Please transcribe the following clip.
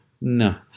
No